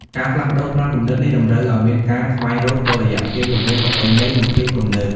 ការផ្លាស់ប្ដូរផ្នត់គំនិតនេះតម្រូវឱ្យមានការស្វែងរកតុល្យភាពរវាងប្រពៃណី និងភាពទំនើប។